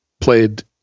played